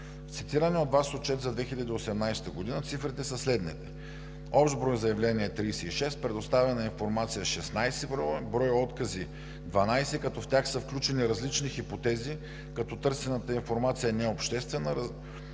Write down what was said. цитирания от Вас отчет за 2018 г. цифрите са следните: общ брой заявления – 36; предоставена информация – 16 броя; брой откази – 12, като в тях са включени различни хипотези, като търсената информация не е обществена